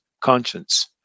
conscience